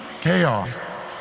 Chaos